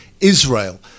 Israel